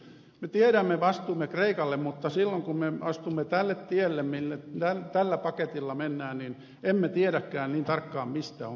me tiedämme vastuumme kreikalle mutta silloin kun me astumme tälle tielle minne tällä paketilla mennään niin emme tiedäkään niin tarkkaan mistä on kysymys